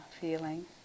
feeling